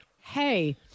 Hey